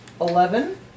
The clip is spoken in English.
Eleven